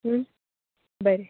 बरें